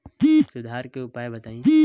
सुधार के उपाय बताई?